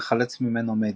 ולחלץ ממנו מידע.